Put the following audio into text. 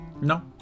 No